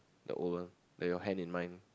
the old one that your hand in my